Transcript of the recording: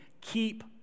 keep